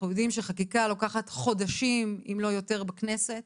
אנחנו יודעים שחקיקה לוקחת חודשים אם לא יותר בכנסת.